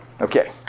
Okay